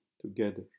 together